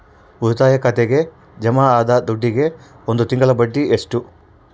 ಉಳಿತಾಯ ಖಾತೆಗೆ ಜಮಾ ಆದ ದುಡ್ಡಿಗೆ ಒಂದು ತಿಂಗಳ ಬಡ್ಡಿ ಎಷ್ಟು?